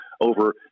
over